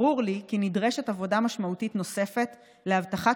ברור לי כי נדרשת עבודה משמעותית נוספת להבטחת